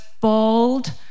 bold